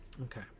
Okay